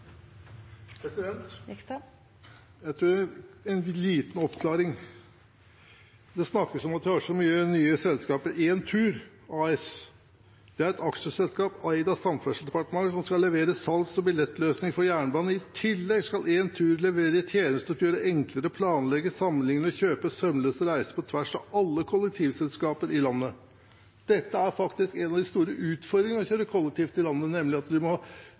så mange nye selskaper i Entur AS. Det er et aksjeselskap eid av Samferdselsdepartementet som skal levere salgs- og billettløsninger for jernbanen. I tillegg skal Entur levere tjenester som gjør det enklere å planlegge, sammenligne og kjøpe sømløse reiser på tvers av alle kollektivselskaper i landet. En av de store utfordringene ved å reise kollektivt i dette landet er nemlig at vi må